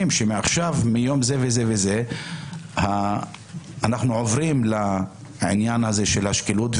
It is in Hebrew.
שמיום זה וזה אנחנו עוברים לשקילות,